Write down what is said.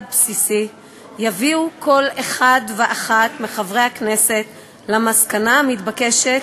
בסיסי יביאו כל אחד ואחת מחברי הכנסת למסקנה המתבקשת,